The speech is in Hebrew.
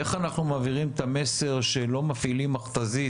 איך אנחנו מעבירים את המסר שלא מפעילים מכת"זית